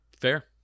Fair